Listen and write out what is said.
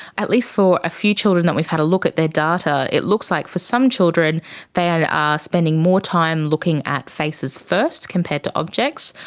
at least for a few children that we've had a look at their data, it looks like for some children they are ah spending more time looking at faces first compared to objects.